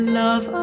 love